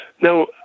Now